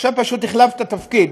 עכשיו פשוט החלפת תפקיד,